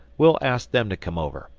we'll ask them to come over.